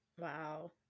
Wow